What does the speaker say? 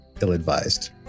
ill-advised